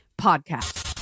Podcast